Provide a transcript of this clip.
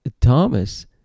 Thomas